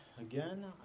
again